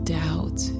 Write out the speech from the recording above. doubt